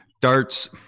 darts